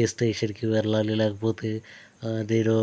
ఏ స్టేషన్కి వెళ్ళాలి లేకపోతే నేను